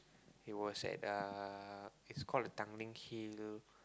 it was at uh it's called Tanglin-Hill